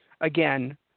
again